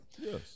Yes